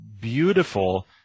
beautiful